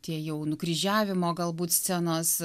tie jau nukryžiavimo galbūt scenos